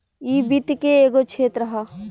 इ वित्त के एगो क्षेत्र ह